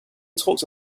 talked